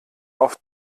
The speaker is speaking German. oft